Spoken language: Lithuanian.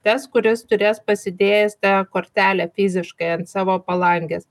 tas kuris turės pasidėjęs tą kortelę fiziškai ant savo palangės